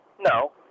No